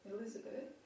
Elizabeth